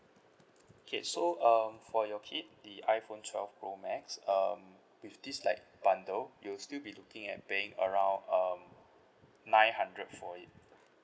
okay so um for your kid the iphone twelve pro max um with this like bundle you'll still be looking at paying around um nine hundred for it